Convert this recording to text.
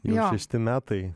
ju šešti metai